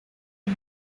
que